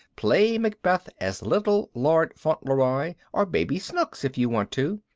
play macbeth as little lord fauntleroy or baby snooks if you want to.